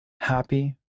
happy